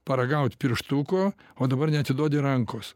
paragaut pirštuko o dabar neatiduodi rankos